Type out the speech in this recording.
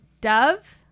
Dove